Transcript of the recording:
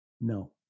No